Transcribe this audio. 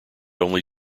only